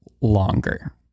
longer